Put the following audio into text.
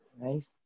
Nice